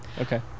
Okay